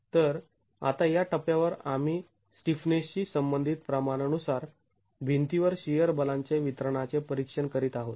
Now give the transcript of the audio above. तर आता या टप्प्यावर आम्ही स्टिफनेसशी संबंधित प्रमाणानुसार भिंतीवर शिअर बलांचे वितरणाचे परीक्षण करीत आहोत